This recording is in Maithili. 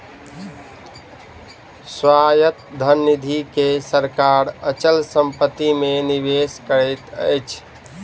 स्वायत्त धन निधि के सरकार अचल संपत्ति मे निवेश करैत अछि